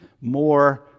more